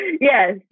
Yes